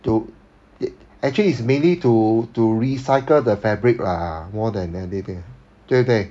to actually it's mainly to to recycle the fabric lah more than everything 对不对